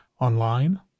Online